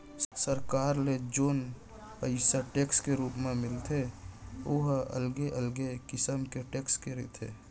सरकार ल जेन पइसा टेक्स के रुप म मिलथे ओ ह अलगे अलगे किसम के टेक्स के रहिथे